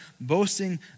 boasting